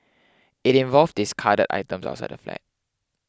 it involved discarded items outside the flat